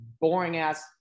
boring-ass